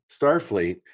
Starfleet